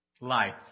Life